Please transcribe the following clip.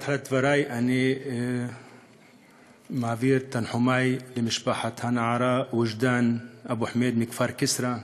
בתחילת דברי אני מעביר את תנחומי למשפחת הנערה מכפר כסרא,